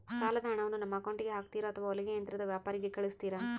ಸಾಲದ ಹಣವನ್ನು ನಮ್ಮ ಅಕೌಂಟಿಗೆ ಹಾಕ್ತಿರೋ ಅಥವಾ ಹೊಲಿಗೆ ಯಂತ್ರದ ವ್ಯಾಪಾರಿಗೆ ಕಳಿಸ್ತಿರಾ?